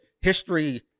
history